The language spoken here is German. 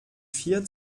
vier